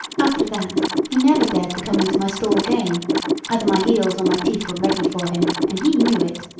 after that he never dared to come into my stall again either my heels or my teeth were ready for him, and he knew it.